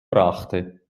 brachte